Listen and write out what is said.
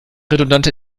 redundante